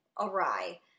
awry